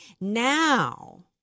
Now